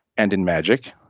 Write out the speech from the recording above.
and in magic,